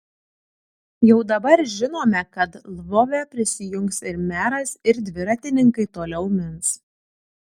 jau dabar žinome kad lvove prisijungs ir meras ir dviratininkai toliau mins